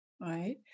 right